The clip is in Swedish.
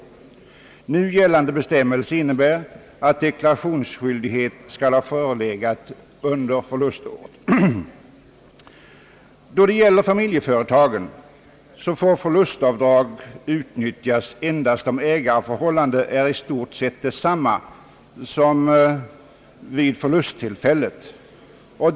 Nu gällande bestämmelser innebär, att deklarationsskyldighet skall ha förelegat under förluståret. Då det gäller familjeföretag får förlustavdrag utnyttjas endast om ägarförhållandet är i stort sett detsamma som vid förlusttillfället.